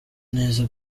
neza